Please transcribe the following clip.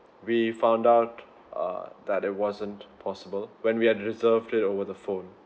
we found out uh that it wasn't possible when we had reserved it over the phone